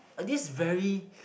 this very